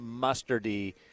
mustardy